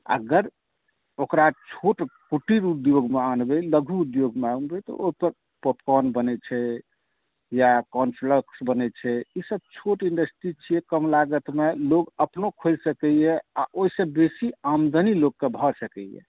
अगर ओकरा छोट कुटीर उद्योगमे अहाँ अनबै लघु उद्योगमे अनबै तऽ पॉप कॉर्न बनैत छै या कॉर्न फलैक्स बनैत छै ई सभ छोट इंडस्ट्री छियै कम लागतमे लोक अपनो खुलि सकैया आ ओहिसंँ बेसी आमदनी लोककेँ भऽ सकैया